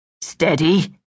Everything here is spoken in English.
Steady